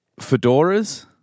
Fedoras